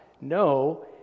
No